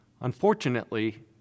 Unfortunately